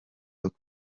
luke